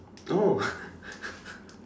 oh